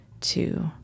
two